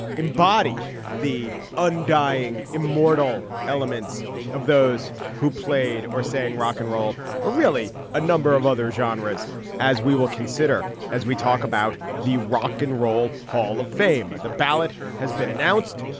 embody the undying, immortal elements of those who played or saying rock and roll or really a number of other genres as we will consider as we talk about the rock and roll hall of fame. the ballot has been announced.